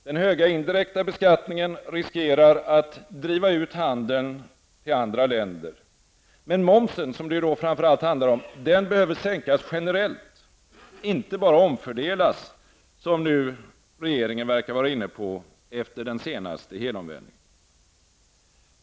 Den höga indirekta beskattningen riskerar att driva ut handeln till andra länder. Men momsen behöver sänkas generellt -- inte bara omfördelas som regeringen nu verkar vara inne på efter sin senaste helomvändning.